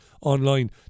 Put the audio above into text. online